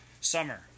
summer